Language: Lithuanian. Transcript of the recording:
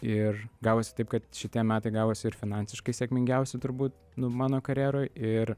ir gavosi taip kad šitie metai gavosi ir finansiškai sėkmingiausi turbūt mano karjeroj ir